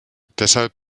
deshalb